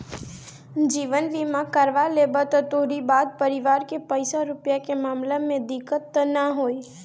जीवन बीमा करवा लेबअ त तोहरी बाद परिवार के पईसा रूपया के मामला में दिक्कत तअ नाइ होई